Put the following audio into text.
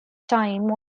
time